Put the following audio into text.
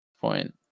point